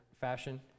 fashion